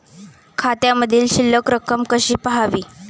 खात्यामधील शिल्लक रक्कम कशी पहावी?